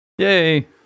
yay